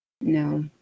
No